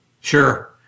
Sure